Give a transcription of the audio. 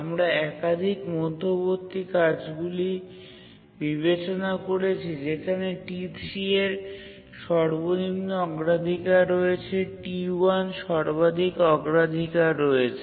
আমরা একাধিক মধ্যবর্তী কাজগুলি বিবেচনা করছি যেখানে T3 এর সর্বনিম্ন অগ্রাধিকার রয়েছে T1 সর্বাধিক অগ্রাধিকার রয়েছে